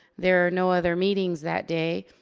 there are no other meetings that day.